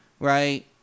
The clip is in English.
Right